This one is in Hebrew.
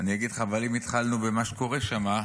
אני אגיד לך, אבל אם התחלנו במה שקורה שם,